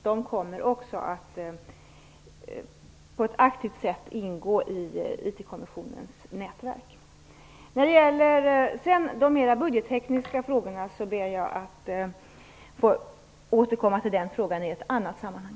De kommer också att på ett aktivt sätt ingå i IT När det sedan gäller de mer budgettekniska frågorna ber jag att få återkomma i ett annat sammanhang.